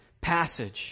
passage